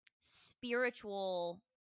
spiritual